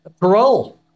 parole